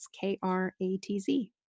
K-R-A-T-Z